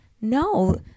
No